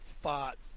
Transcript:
fought